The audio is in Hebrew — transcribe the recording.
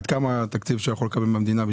עד כמה התקציב שהוא יכול לקבל מהמדינה?